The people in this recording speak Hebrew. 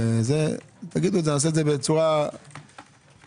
תגידו ונעשה את זה בצורה חגיגית.